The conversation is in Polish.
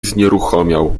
znieruchomiał